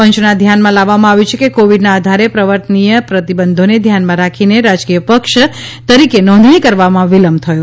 પંચના ધ્યાનમાં લાવવામાં આવ્યું છે કે કોવિડના આધારે પ્રવર્તનીય પ્રતિબંધોને ધ્યાનમાં રાખીને રાજકીય પક્ષ તરીકે નોંધણી કરવામાં વિલંબ થયો